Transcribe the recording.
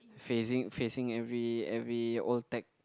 facing facing every every old tech